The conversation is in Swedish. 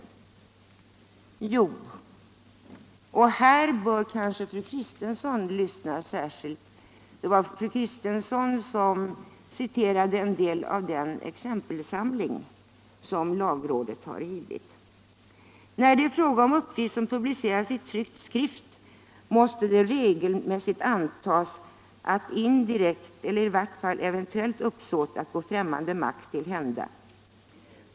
Jo, säger Romanus — och här bör kanske fru Kristensson lyssna särskilt; det var hon som citerade en del av den exempelsamling som lagrådet har gett — när det är fråga om uppgift som publiceras i tryckt skrift måste det regelmässigt antas att det föreligger indirekt eller i vart fall eventuellt uppsåt att gå främmande makt till handa.